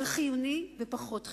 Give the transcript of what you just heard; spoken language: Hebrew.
על חיוני ופחות חיוני,